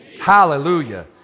hallelujah